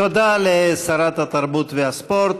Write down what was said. תודה לשרת התרבות והספורט.